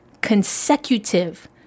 consecutive